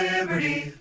Liberty